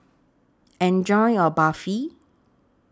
Enjoy your Barfi